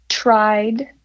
tried